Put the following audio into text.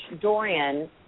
Dorian